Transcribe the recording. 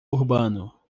urbano